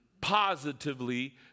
positively